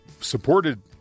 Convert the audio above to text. supported